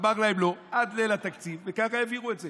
אמרנו להם: לא, עד ליל התקציב, וככה העבירו את זה.